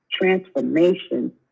transformation